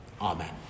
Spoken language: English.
Amen